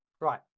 Right